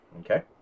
Okay